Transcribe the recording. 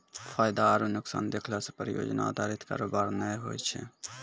फायदा आरु नुकसान देखला से परियोजना अधारित कारोबार नै होय छै